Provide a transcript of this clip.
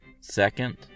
Second